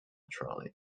trolley